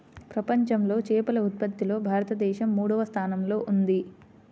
ప్రపంచంలో చేపల ఉత్పత్తిలో భారతదేశం మూడవ స్థానంలో ఉంది